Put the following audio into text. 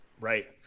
right